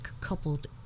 coupled